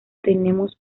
tenemos